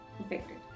affected